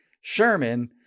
Sherman